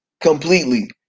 completely